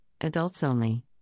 adults-only